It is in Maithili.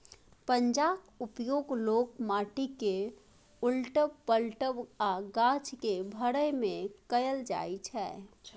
पंजाक उपयोग लोक माटि केँ उलटब, पलटब आ गाछ केँ भरय मे कयल जाइ छै